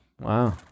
Wow